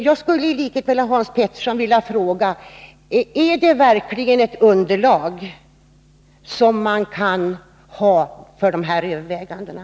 Jag skulle, i likhet med Hans Petersson i Hallstahammar, vilja fråga: Är det verkligen ett underlag som går att använda för dessa överväganden?